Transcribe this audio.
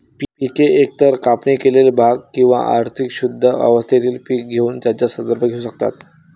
पिके एकतर कापणी केलेले भाग किंवा अधिक शुद्ध अवस्थेतील पीक यांचा संदर्भ घेऊ शकतात